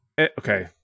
Okay